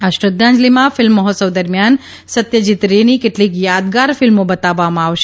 આ શ્રધ્ધાજંલીમાં ફિલ્મ મહોત્સવ દરમિયાન સત્યજીત રે ની કેટલીક યાદગાર ફિલ્મો બતાવવામાં આવશે